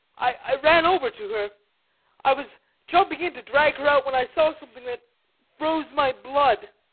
i ran over to her i was jumping in to drag her out when i saw something that froze my blood.